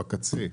בקצה,